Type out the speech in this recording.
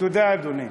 תודה, אדוני.